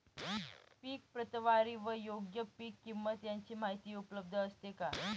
पीक प्रतवारी व योग्य पीक किंमत यांची माहिती उपलब्ध असते का?